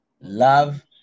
love